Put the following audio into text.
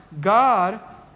god